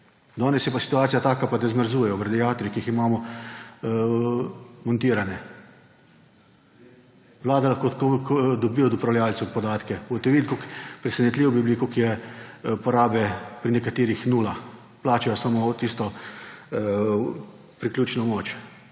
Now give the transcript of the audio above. Danes je pa situacija taka, da pa zmrzujejo ob radiatorjih, ki jih imamo montirane. Vlada lahko dobi od upravljavcev podatke, boste videli, presenečeni bi bili, koliko je porabe pri nekaterih – nula. Plačajo samo tisto priključno moč,